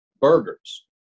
burgers